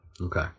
Okay